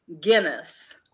Guinness